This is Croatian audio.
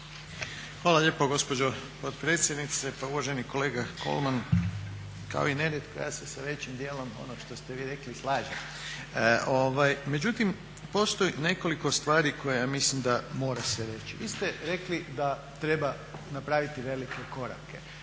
Hvala lijepo gospođo potpredsjednice. Pa uvaženi kolega Kolman, kao i nerijetko ja se sa većim djelom onoga što ste vi rekli slažem. Međutim, postoji nekoliko stvari koje ja mislim da mora se reći. Vi ste rekli da treba napraviti velike korake